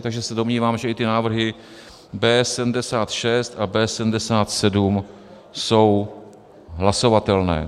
Takže se domnívám, že i ty návrhy B76 a B77 jsou hlasovatelné.